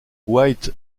white